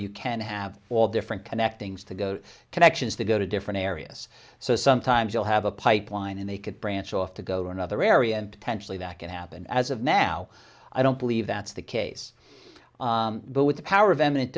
you can have all different connecting to go connections to go to different areas so sometimes you'll have a pipeline and they could branch off to go to another area and potentially that could happen as of now i don't believe that's the case but with the power of